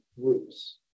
groups